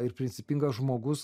ir principingas žmogus